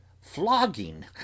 flogging